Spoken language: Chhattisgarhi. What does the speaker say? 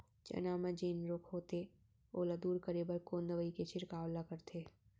चना म जेन रोग होथे ओला दूर करे बर कोन दवई के छिड़काव ल करथे?